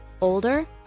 Older